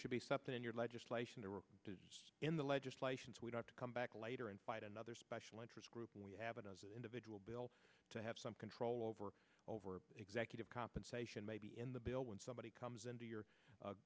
should be something in your legislation to work in the legislation so we don't come back later and fight another special interest group when we have a dozen individual bills to have some control over over executive compensation maybe in the bill when somebody comes into your